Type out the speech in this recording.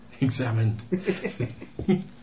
Examined